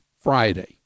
Friday